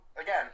again